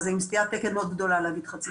יש פעילות שונה שנעשית בתחומים שונים בהתאם לכל משרד,